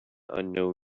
unknown